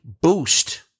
boost